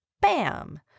Bam